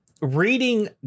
reading